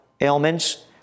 ailments